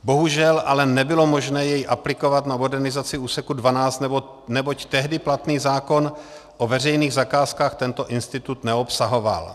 Bohužel ale nebylo možné jej aplikovat na modernizaci úseku 12, neboť tehdy platný zákon o veřejných zakázkách tento institut neobsahoval.